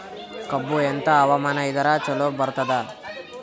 ಕಬ್ಬು ಎಂಥಾ ಹವಾಮಾನ ಇದರ ಚಲೋ ಬರತ್ತಾದ?